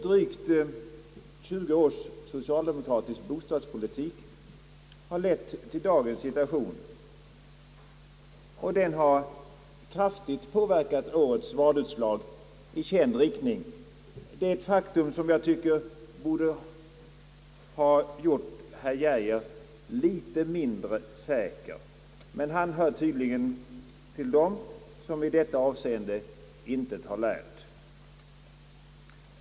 Drygt 20 års socialdemokratisk bostadspolitik har lett till dagens situation, och den har kraftigt påverkat årets valutslag i känd riktning. Det är ett faktum som jag tycker borde ha gjort herr Geijer litet mindre säker, men han hör tydligen till dem som i detta avseende intet har lärt.